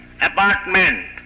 apartment